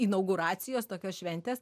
inauguracijos tokios šventės